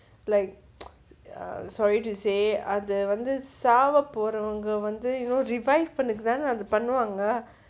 like uh sorry to say அது வந்து சாவ போறவங்க வந்து:athu vanthu saava pooravanga vanthu you know revive பண்றதுக்கு தான அது பண்ணுவாங்க:panrathukku thaana athu pannuvaanga